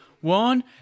one